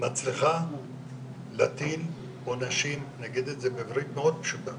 מצליחה להטיל עונשים אני אגיד את זה בעברית מאוד פשוטה